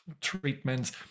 treatments